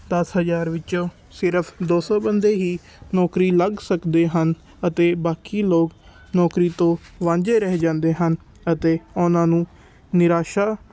ਦਸ ਹਜ਼ਾਰ ਵਿੱਚੋਂ ਸਿਰਫ਼ ਦੋ ਸੌ ਬੰਦੇ ਹੀ ਨੌਕਰੀ ਲੱਗ ਸਕਦੇ ਹਨ ਅਤੇ ਬਾਕੀ ਲੋਕ ਨੌਕਰੀ ਤੋਂ ਵਾਂਝੇ ਰਹਿ ਜਾਂਦੇ ਹਨ ਅਤੇ ਉਹਨਾਂ ਨੂੰ ਨਿਰਾਸ਼ਾ